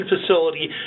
facility